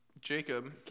Jacob